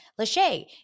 Lachey